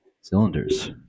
cylinders